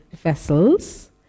vessels